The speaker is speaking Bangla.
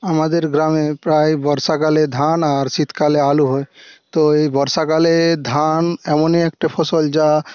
আমাদের গ্রামে প্রায় বর্ষাকালে ধান আর শীতকালে আলু হয় তো এই বর্ষাকালে ধান এমনই একটা ফসল যা